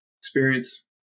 experience